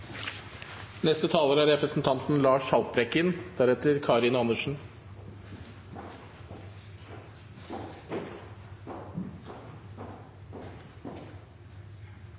neste stortingsperiode. Representanten Karin Andersen